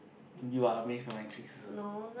you are amaze by my tricks also